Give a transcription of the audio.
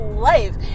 life